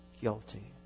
guilty